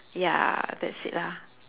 ya that's it lah